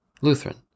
Lutheran